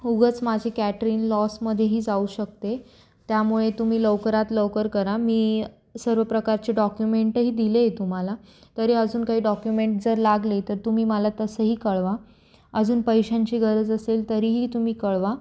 उगाच माझी कॅटरिंग लॉसमध्येही जाऊ शकते त्यामुळे तुम्ही लवकरात लवकर करा मी सर्व प्रकारचे डॉक्युमेंटही दिले आहे तुम्हाला तरी अजून काही डॉक्युमेंट जर लागले तर तुम्ही मला तसंही कळवा अजून पैशांची गरज असेल तरीही तुम्ही कळवा